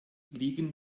liegen